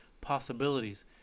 possibilities